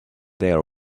their